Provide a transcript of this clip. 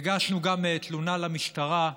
הגשנו גם תלונה למשטרה.